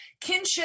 kinship